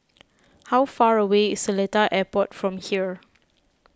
how far away is Seletar Airport from here